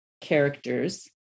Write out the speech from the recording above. characters